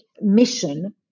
mission